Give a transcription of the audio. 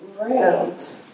Right